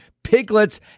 Piglets